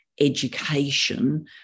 education